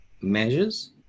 measures